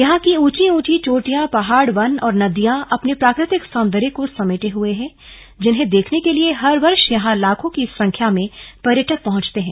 यहां की ऊंची ऊंची चोटियां पहाड़ वन और नदियां है अपने प्राकृतिक सौंदर्य को समेटे हुए है जिन्हें देखने के लिए हर वर्ष यहां लाखों की संख्या में पर्यटक पहुंचते है